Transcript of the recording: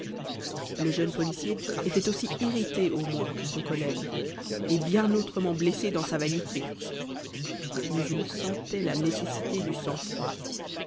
le jeune policier était aussi irrité au moins que son collègue et bien autrement blessé dans sa vanité mais il sentait la nécessité du sang-froid